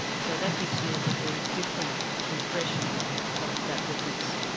so that gives you a very different impression of that witness,